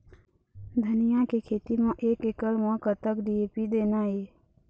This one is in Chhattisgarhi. धनिया के खेती म एक एकड़ म कतक डी.ए.पी देना ये?